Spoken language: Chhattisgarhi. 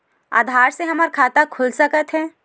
आधार से हमर खाता खुल सकत हे?